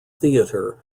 theater